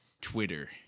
Twitter